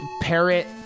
parrot